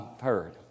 heard